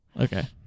Okay